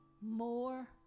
more